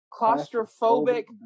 claustrophobic